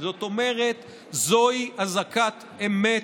זאת אומרת, זוהי אזעקת אמת,